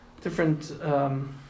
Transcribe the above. different